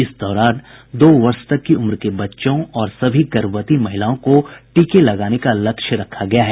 इस दौरान दो वर्ष तक की उम्र के बच्चों और सभी गर्भवती महिलाओं को टीके लगाने का लक्ष्य रखा गया है